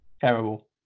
Terrible